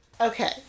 Okay